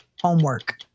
homework